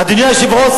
אדוני היושב-ראש,